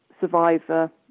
survivor